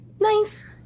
Nice